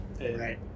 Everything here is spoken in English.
right